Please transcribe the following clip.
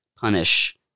punish